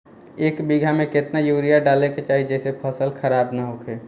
एक बीघा में केतना यूरिया डाले के चाहि जेसे फसल खराब ना होख?